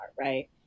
right